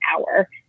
hour